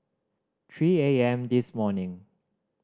three A M this morning